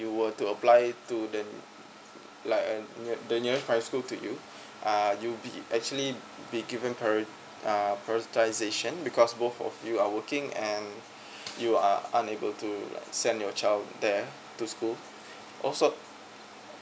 you'll to apply to then like uh the nearest primary school to you ah you be actually be given priori~ uh prioritisation because both of you are working and you are unable to send your child there to school also